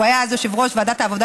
הוא היה אז יושב-ראש ועדת העבודה,